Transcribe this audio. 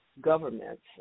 governments